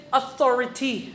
authority